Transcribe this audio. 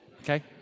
Okay